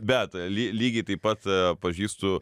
bet ly lygiai taip pat pažįstu